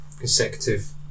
consecutive